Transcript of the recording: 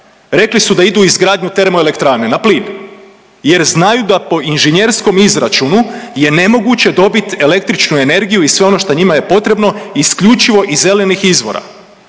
rekli su da idu u izgradnju termoelektrane na plin jer znaju da po inženjerskom izračunu je nemoguće dobiti električnu energiju i sve ono što njima je potrebno isključivo iz zelenih izvora.